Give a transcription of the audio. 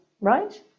right